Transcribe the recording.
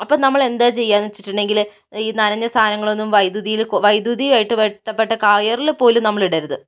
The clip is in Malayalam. അപ്പോൾ നമ്മൾ എന്താ ചെയ്യുകയെന്ന് വെച്ചിട്ടുണ്ടെങ്കിൽ ഈ നനഞ്ഞ സാധനങ്ങൾ ഒന്നും വൈദ്യുതിയിൽ വൈദ്യുതി ആയിട്ട് ബന്ധപ്പെട്ട കയറിൽ പോലും നമ്മൾ ഇടരുത്